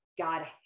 God